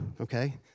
okay